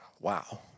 Wow